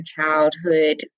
childhood